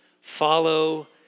Follow